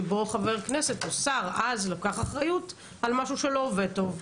שבו חבר כנסת או שר לקח אחריות על משהו שלא עובד היטב.